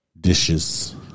Dishes